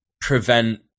prevent